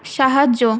সাহায্য